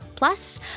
Plus